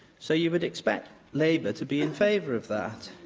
so, you would expect labour to be in favour of that,